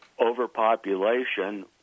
overpopulation